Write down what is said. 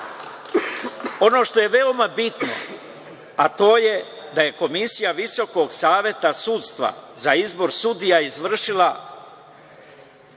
što je veoma bitno, a to je da je Komisija Visokog saveta sudstva za izbor sudija izvršila